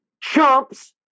chumps